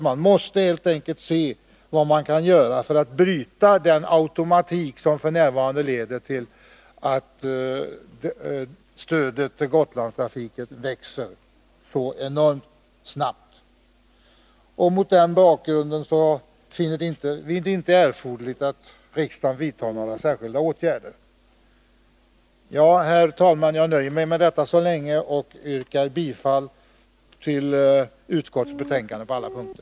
Man måste helt enkelt se vad man kan göra för att bryta den automatik som f. n. leder till att stödet till Gotlandstrafiken växer så oerhört snabbt. Mot den bakgrunden finner vi det inte erforderligt att riksdagen vidtar några särskilda åtgärder. Herr talman! Med detta yrkar jag bifall till utskottets hemställan på alla punkter.